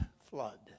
Flood